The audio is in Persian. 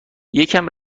یکم